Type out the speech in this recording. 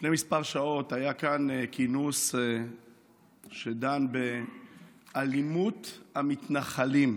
לפני שעות מספר היה כאן כינוס שדן באלימות המתנחלים.